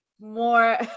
more